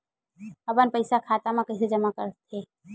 अपन पईसा खाता मा कइसे जमा कर थे?